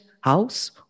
House